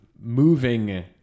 moving